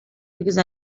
because